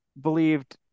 believed